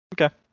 Okay